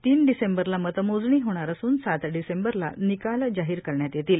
तीन डिसेंबरला मतमोजणी होणार असून सात डिसेंबरला निकाल जाहीर करण्यात येतील